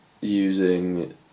using